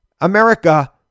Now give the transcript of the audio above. America